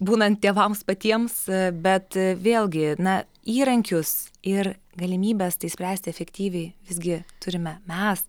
būnant tėvams patiems bet vėlgi na įrankius ir galimybes tai spręsti efektyviai visgi turime mes